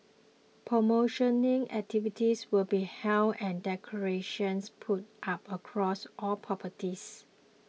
promotional activities will be held and decorations put up across all properties